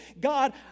God